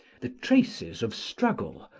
the traces of struggle,